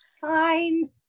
Fine